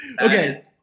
Okay